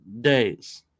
days